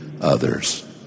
others